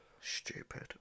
Stupid